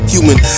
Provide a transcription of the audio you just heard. Human